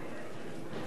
רב שאת מעריצה.